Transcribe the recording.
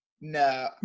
No